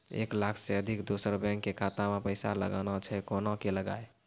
एक लाख से अधिक दोसर बैंक के खाता मे पैसा लगाना छै कोना के लगाए?